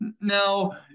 Now